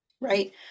right